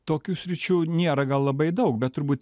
tokių sričių niera gal labai daug bet turbūt